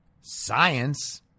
science